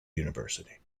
university